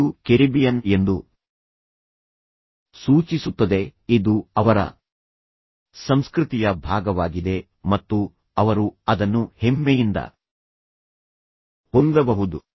ಇದು ಕೆರಿಬಿಯನ್ ಎಂದು ಸೂಚಿಸುತ್ತದೆ ಇದು ಅವರ ಸಂಸ್ಕೃತಿಯ ಭಾಗವಾಗಿದೆ ಮತ್ತು ಅವರು ಅದನ್ನು ಹೆಮ್ಮೆಯಿಂದ ಹೊಂದಬಹುದು